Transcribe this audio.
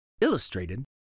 Illustrated